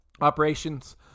Operations